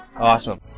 Awesome